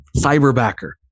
Cyberbacker